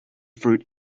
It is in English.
fruit